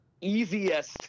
easiest